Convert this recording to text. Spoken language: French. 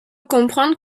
comprendre